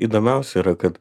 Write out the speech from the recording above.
įdomiausia yra kad